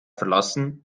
verlassen